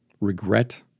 regret